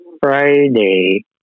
Friday